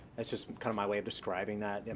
that's just kind of my way of describing that. and